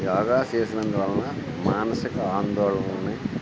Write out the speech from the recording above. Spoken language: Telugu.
యోగా చేసినందు వలన మానసిక ఆందోళనలని